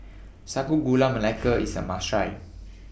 Sago Gula Melaka IS A must Try